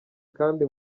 kandi